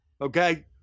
Okay